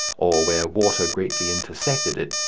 or where water greatly intersected it,